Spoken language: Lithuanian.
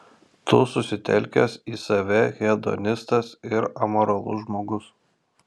tu susitelkęs į save hedonistas ir amoralus žmogus